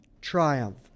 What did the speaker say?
triumph